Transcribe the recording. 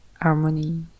harmony